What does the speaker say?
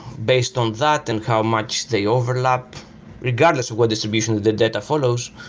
based on that and how much they overlap regardless of what distribution the data follows.